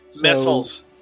Missiles